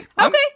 Okay